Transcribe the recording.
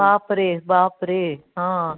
बापरे बापरे हां